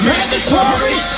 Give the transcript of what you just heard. Mandatory